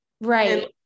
Right